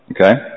Okay